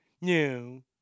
no